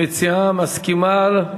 המציעה מסכימה,